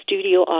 studio